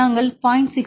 நாங்கள் 0